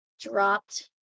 dropped